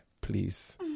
please